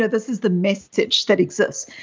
ah this is the message that exists.